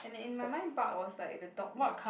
and in my mind bark was like the dog barking